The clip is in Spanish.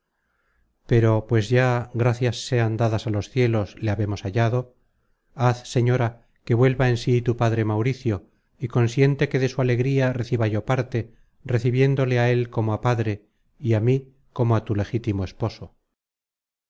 pero pues ya gracias sean dadas á los cielos le habemos hallado haz señora que vuelva en sí tu padre mauricio y consiente que de su alegría reciba yo parte recibiéndole á él como a padre y á mí como a tu legítimo esposo